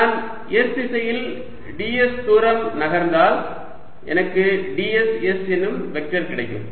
நான் s திசையில் ds தூரம் நகர்ந்தால் எனக்கு ds s என்னும் வெக்டர் கிடைக்கும்